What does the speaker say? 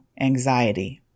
anxiety